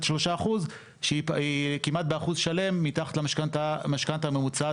על 3% שהיא כמעט באחוז שלם מתחת למשכנתא ממוצעת.